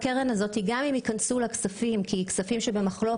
גם אם ייכנסו לקרן כספים שבמחלוקת,